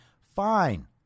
fine